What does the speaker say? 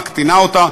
מקטינה אותה,